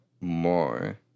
more